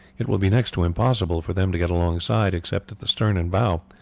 it will be next to impossible for them to get alongside except at the stern and bow,